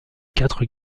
quatre